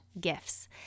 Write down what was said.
gifts